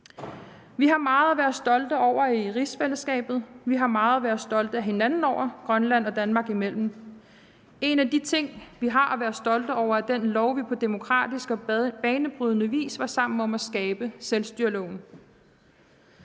Vi har meget at være stolte over i rigsfællesskabet. Vi har Grønland og Danmark imellem meget at være stolte af hinanden over. En af de ting, vi har at være stolte over, er den lov, vi på demokratisk og banebrydende vis var sammen om at skabe, nemlig selvstyreloven,